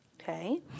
Okay